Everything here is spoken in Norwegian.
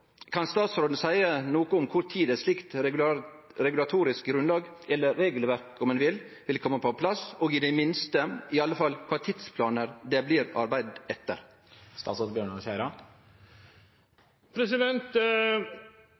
seie noko om kva tid eit slikt regulatorisk grunnlag – eller regelverk, om ein vil – vil kome på plass, og i det minste i alle fall kva tidsplan det blir arbeidd etter?